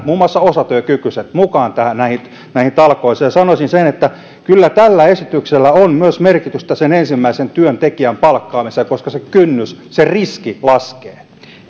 muun muassa osatyökykyiset joka tarvitaan mukaan näihin näihin talkoisiin ja sanoisin sen että kyllä tällä esityksellä on myös merkitystä sen ensimmäisen työntekijän palkkaamisessa koska se kynnys se riski laskee